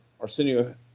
Arsenio